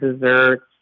desserts